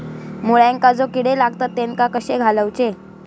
मुळ्यांका जो किडे लागतात तेनका कशे घालवचे?